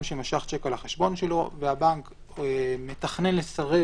שמשך שיק על החשבון שלו והבנק מתכנן לסרב